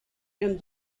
and